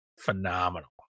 phenomenal